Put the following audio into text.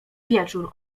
wieczór